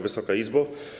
Wysoka Izbo!